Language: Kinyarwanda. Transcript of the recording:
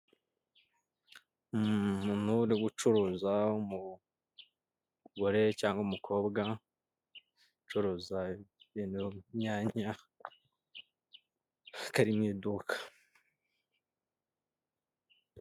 Umuntu uba uri gucuruza umugore cyangwa umukobwa ucuruza inyanya ariko ari mu iduka.